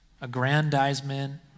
aggrandizement